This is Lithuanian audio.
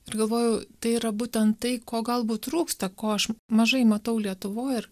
ir galvojau tai yra būtent tai ko galbūt trūksta ko aš mažai matau lietuvoj